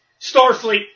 Starfleet